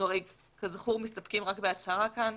כזכור אנחנו מסתפקים רק בהצהרה כאן.